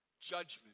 Judgment